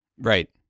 Right